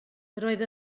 roedd